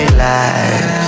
life